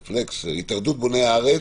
התאחדות בוני הארץ.